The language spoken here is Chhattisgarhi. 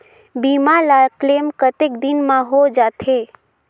बीमा ला क्लेम कतेक दिन मां हों जाथे?